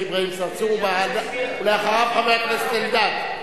אדוני, ואחריו, חבר הכנסת אלדד,